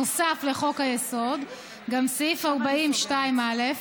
נוסף לחוק-היסוד גם סעיף 40(א2),